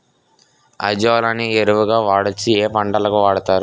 Azolla ని ఎరువు గా వాడొచ్చా? ఏ పంటలకు వాడతారు?